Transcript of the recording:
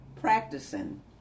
practicing